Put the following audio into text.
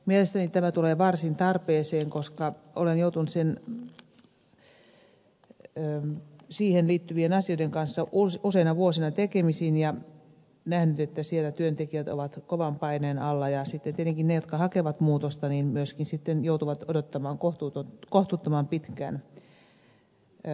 mielestäni tämä tulee varsin tarpeeseen koska olen joutunut siihen liittyvien asioiden kanssa useina vuosina tekemisiin ja nähnyt että siellä työntekijät ovat kovan paineen alla ja sitten tietenkin ne jotka hakevat muutosta myöskin joutuvat odottamaan kohtuuttoman pitkään ratkaisuja